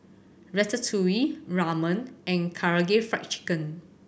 Ratatouille Ramen and Karaage Fried Chicken